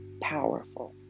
powerful